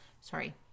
Sorry